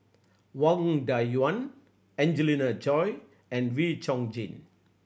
Wang Dayuan Angelina Choy and Wee Chong Jin